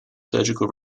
surgical